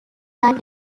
died